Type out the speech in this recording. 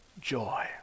joy